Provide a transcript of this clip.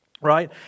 Right